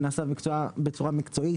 שנעשה בצורה מקצועית,